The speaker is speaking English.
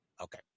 Okay